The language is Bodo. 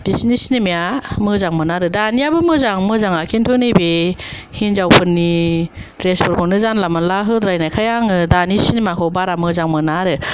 बिसिनि सिनिमा या मोजांमोन आरो दानियाबो मोजां मोजाङा खिन्थु बे हिन्जावफोरनि ड्रेस फोरखौनो जानला मोनला होद्रायनायखाय आङो दानि सिनिमा खौ बारा मोजां मोना आरो